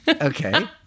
Okay